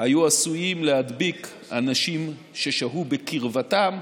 היו עשויים להדביק אנשים ששהו בקרבתם,